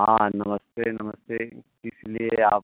हाँ नमस्ते नमस्ते किस लिए आप